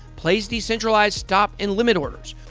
place decentralized stop and limit orders,